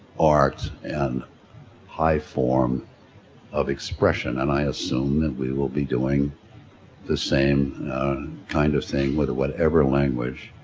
art and high form of expression and i assume that we will be doing the same kind of thing with whatever language